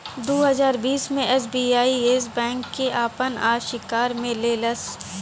दू हज़ार बीस मे एस.बी.आई येस बैंक के आपन अशिकार मे ले लेहलस